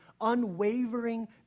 unwavering